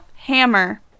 Hammer